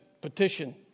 petition